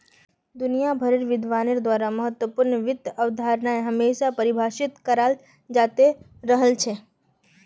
दुनिया भरेर विद्वानेर द्वारा महत्वपूर्ण वित्त अवधारणाएं हमेशा परिभाषित कराल जाते रहल छे